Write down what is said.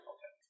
Okay